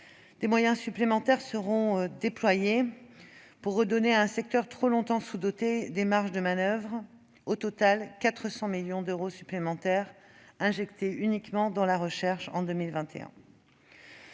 des moyens supplémentaires seront déployés pour redonner à un secteur trop longtemps sous-doté des marges de manoeuvre. Au total, 400 millions d'euros supplémentaires seront réinjectés dans la recherche en 2021.